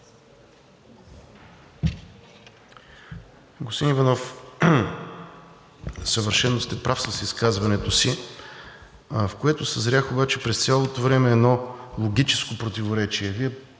Господин Иванов, съвършено сте прав с изказването си, в което съзрях обаче през цялото време едно логическо противоречие.